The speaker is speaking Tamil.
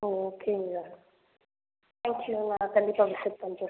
ஓ ஓகேங்க தேங்க் யூ நான் கண்டிப்பாக விசிட் பண்ணுறன்